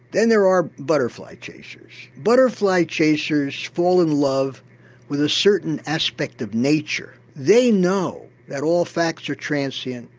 then there are butterfly chasers. butterfly chasers fall in love with a certain aspect of nature, they know that all facts are transient,